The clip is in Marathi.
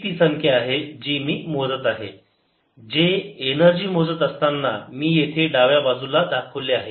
ही ती संख्या आहे जी मी मोजत आहे जे एनर्जी मोजत असताना मी येथे डाव्या बाजूला दाखवले आहे